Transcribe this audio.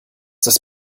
das